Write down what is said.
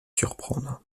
surprendre